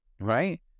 Right